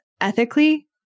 ethically